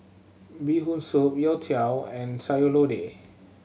Bee Hoon Soup youtiao and Sayur Lodeh